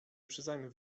uprzedzajmy